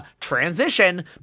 transition